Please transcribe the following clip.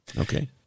Okay